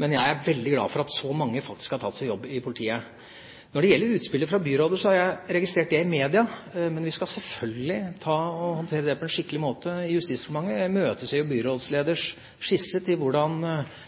Men jeg er veldig glad for at så mange faktisk har tatt seg jobb i politiet. Når det gjelder utspillet fra byrådet, har jeg registrert det i media. Men vi skal selvfølgelig håndtere det på en skikkelig måte i Justisdepartementet. Jeg imøteser byrådsleders skisse til hvordan